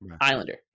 Islander